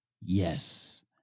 Yes